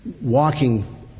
walking